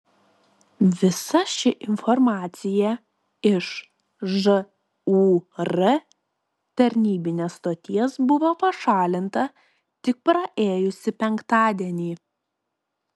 visa ši informacija iš žūr tarnybinės stoties buvo pašalinta tik praėjusį penktadienį